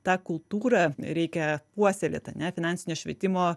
tą kultūrą reikia puoselėt ane finansinio švietimo